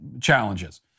challenges